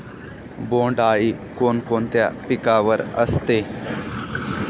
बोंडअळी कोणकोणत्या पिकावर असते?